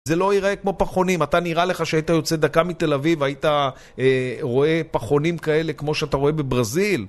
זה לא ייראה כמו פחונים, אתה נראה לך שהיית יוצא דקה מתל אביב והיית רואה פחונים כאלה כמו שאתה רואה בברזיל?